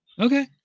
Okay